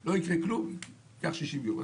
לא יקרה כלום אם זה ייקח 60 ימים.